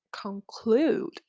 conclude